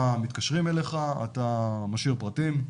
מתקשרים אליך, אתה משאיר פרטים,